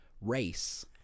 race